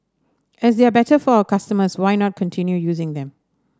as they are better for our customers why not continue using them